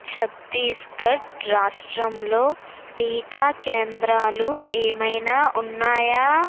ఛత్తీస్గఢ్ రాష్ట్రంలో టీకా కేంద్రాలు ఏమైనా ఉన్నాయా